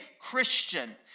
Christian